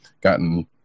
gotten